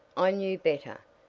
i knew better,